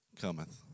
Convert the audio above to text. cometh